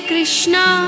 Krishna